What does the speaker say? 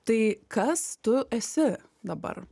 tai kas tu esi dabar